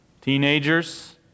Teenagers